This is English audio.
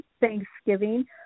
Thanksgiving